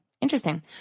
Interesting